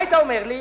מה היית אומר לי?